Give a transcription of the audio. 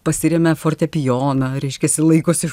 pasiremia fortepijoną reiškiasi laikosi